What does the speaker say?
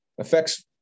affects